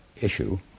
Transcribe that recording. issue